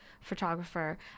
photographer